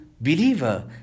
believer